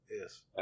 yes